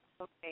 Okay